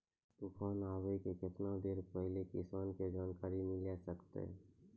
तूफान आबय के केतना देर पहिले किसान के जानकारी मिले सकते?